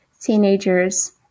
teenagers